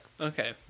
Okay